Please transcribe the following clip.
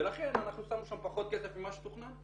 ולכן אנחנו שמנו שם פחות כסף ממה שתוכנן.